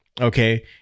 okay